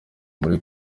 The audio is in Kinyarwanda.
muri